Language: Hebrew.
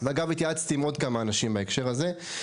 ואגב התייעצתי עם עוד כמה אנשים בהקשר הזה.